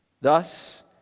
Thus